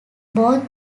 both